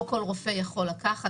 לא כל רופא יכול לקחת.